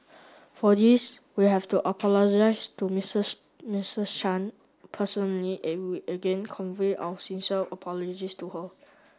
for this we have to apologised to Mrs Mrs Chan personally and we again convey our sincere apologies to her